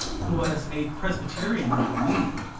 who was a presbyterian like me,